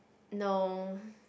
no